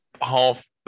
half